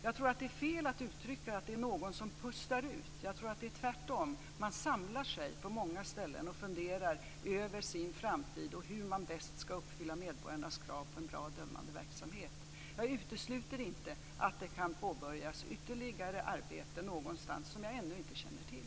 Jag tror att det är fel att uttrycka det som att någon pustar ut. Jag tror tvärtom att man samlar sig på många ställen och funderar över sin framtid och hur man bäst ska uppfylla medborgarnas krav på en bra dömande verksamhet. Jag utesluter inte att det kan påbörjas ytterligare arbete någonstans som jag ännu inte känner till.